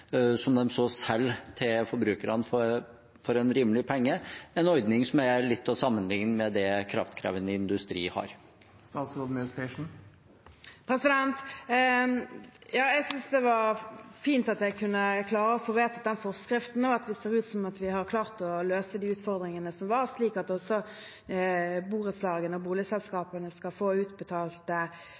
som de så selger til forbrukerne for en rimelig penge? Det er en ordning som kan sammenlignes litt med den som kraftkrevende industri har. Jeg synes det var fint at vi kunne klare å få vedtatt den forskriften, og at det ser ut som at vi har klart å løse de utfordringene som var, slik at også borettslagene og boligselskapene skal få